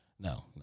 no